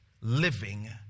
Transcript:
living